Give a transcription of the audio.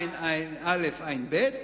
תשע"א-תשע"ב,